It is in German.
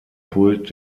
pult